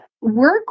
work